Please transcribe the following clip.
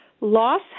Loss